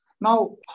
Now